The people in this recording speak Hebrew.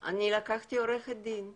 אני צריכה דחוף לשירותים,